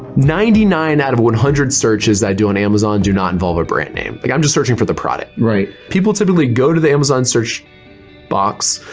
ninety nine out of one hundred searches i do on amazon do not involve a brand name. like i'm just searching for the product. right? people typically go to the amazon search box,